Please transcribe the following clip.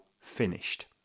finished